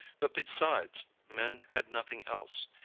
but besides, men had nothing else,